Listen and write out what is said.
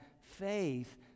faith